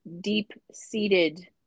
deep-seated